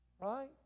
Right